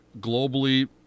globally